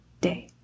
day